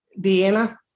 Deanna